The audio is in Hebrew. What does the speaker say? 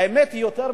האמת, יותר מזה,